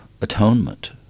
atonement